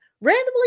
randomly